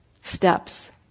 steps